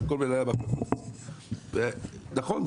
נכון,